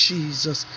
Jesus